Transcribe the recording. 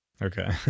Okay